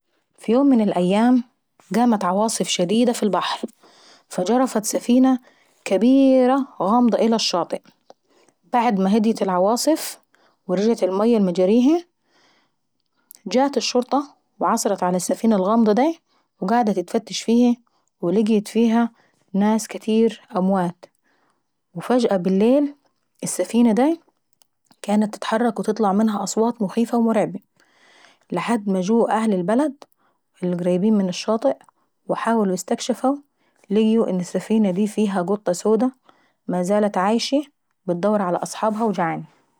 في يوم من الأيام قامت عواصف شديدة في البحر فجرفت سفينة كابيرررة إلى الشاطيئ. وبعد ما هديت العواصف ورجعت المية لمجاريهيي، جات الشرطة وعثرت على الشفينة الغامضة دي وقعدت اتشتفش فيهي، ولقيت فيها ناس كاتير اموات، وفداة بالليل السفينة داي كانت تتحرك وتطلع منها اصوات مخيفة ومرعب. الحد ما جه اهل البلد اللي قريبين من الشاطيئ وحاولوا يستكشفوا لقيوا ان الشفينة دي فيها قطة سودا ما زالت عايشي وبتدور ع اصحابها وجعاني.